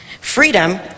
Freedom